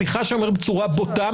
סליחה שאני אומר בצורה בוטה,